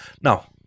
Now